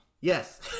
Yes